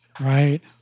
Right